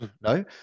No